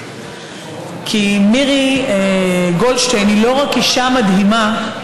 כי מירי גולדשטיין היא לא רק אישה מדהימה,